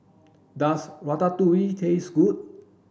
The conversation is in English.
does Ratatouille taste good